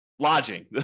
lodging